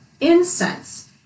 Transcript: incense